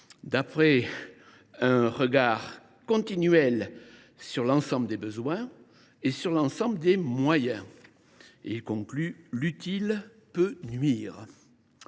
d’après un regard continuel sur l’ensemble des besoins et sur l’ensemble des moyens. L’utile peut nuire.